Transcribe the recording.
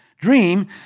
dream